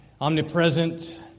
omnipresent